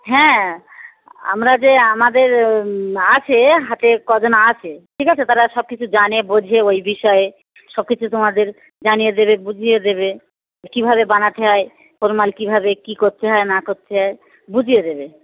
হ্যাঁ আমরা যে আমাদের আছে হাতে কজন আছে ঠিক আছে তারা সব কিছু জানে বোঝে ওই বিষয়ে সব কিছু তোমাদের জানিয়ে দেবে বুঝিয়ে দেবে কীভাবে বানাতে হয় কোন মাল কীভাবে কী করতে হয় না করতে হয় বুঝিয়ে দেবে